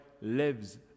lives